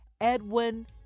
Edwin